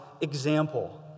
example